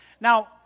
Now